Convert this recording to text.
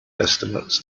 estimates